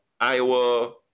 Iowa